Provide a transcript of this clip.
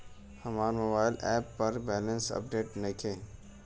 हमार mobile app पर balance update नइखे